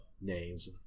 names